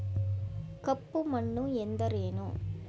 ಕಪ್ಪು ಮಣ್ಣು ಎಂದರೇನು?